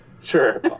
Sure